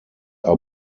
are